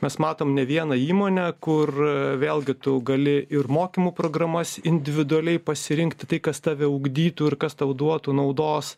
mes matom ne vieną įmonę kur vėlgi tu gali ir mokymų programas individualiai pasirinkti tai kas tave ugdytų ir kas tau duotų naudos